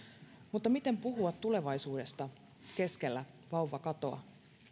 mutta miten puhua tulevaisuudesta keskellä vauvakatoa